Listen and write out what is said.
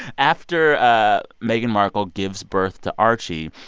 after ah meghan markle gives birth to archie,